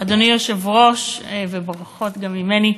אדוני היושב-ראש, וברכות גם ממני.